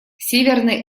северный